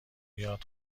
یاد